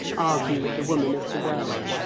argued the woman of the world.